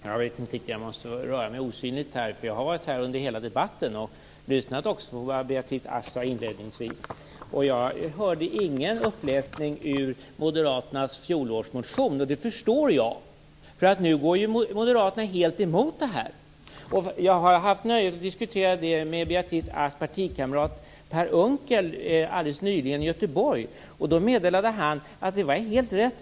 Fru talman! Jag måste väl röra mig osynligt, för jag har varit närvarande under hela debatten och också lyssnat till vad Beatrice Ask sade inledningsvis. Jag hörde ingen uppläsning ur moderaternas fjolårsmotion. Det förstår jag, eftersom moderaterna nu går helt emot det här. Jag har nyligen i Göteborg haft nöjet att diskutera med Beatrice Asks partikamrat Per Unckel. Då meddelade han att det var helt rätt.